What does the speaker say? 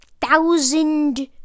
thousand